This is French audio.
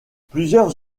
plusieurs